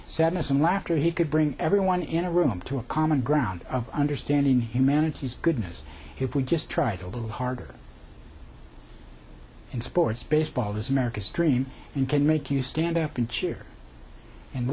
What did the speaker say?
sadness and laughter he could bring everyone in a room to a common ground of understanding humanity's goodness if we just tried a little harder in sports baseball is america's dream and can make you stand up and cheer